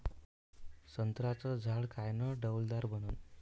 संत्र्याचं झाड कायनं डौलदार बनन?